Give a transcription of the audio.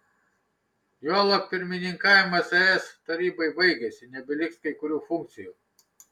juolab pirmininkavimas es tarybai baigėsi nebeliks kai kurių funkcijų